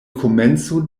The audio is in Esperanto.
komenco